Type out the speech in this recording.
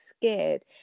scared